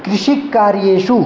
कृषिकार्येषु